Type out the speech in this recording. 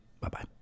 Bye-bye